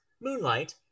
Moonlight